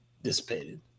Dissipated